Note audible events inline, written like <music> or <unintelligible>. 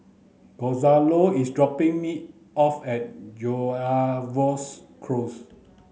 Gonzalo is dropping me off at <unintelligible> Close